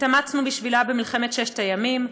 התאמצנו בשבילה במלחמת ששת הימים,